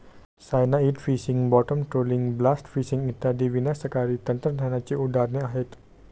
cyanide fishing, bottom trawling, blast fishing इत्यादी विनाशकारी तंत्रज्ञानाची उदाहरणे आहेत